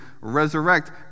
resurrect